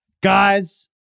guys